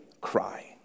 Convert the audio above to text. cry